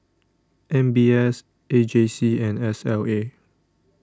M B S A J C and S L A